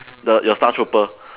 the your star trooper